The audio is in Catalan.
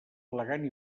elegant